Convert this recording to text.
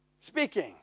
speaking